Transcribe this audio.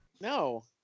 No